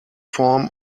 form